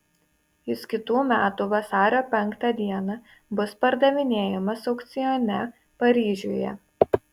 jis kitų metų vasario penktą dieną bus pardavinėjamas aukcione paryžiuje